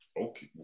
okay